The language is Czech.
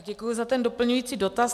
Děkuji za ten doplňující dotaz.